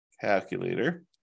Calculator